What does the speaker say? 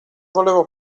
volevo